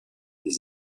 des